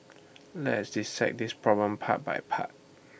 let's dissect this problem part by part